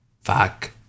Fuck